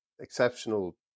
exceptional